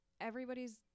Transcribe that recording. everybody's